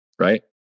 right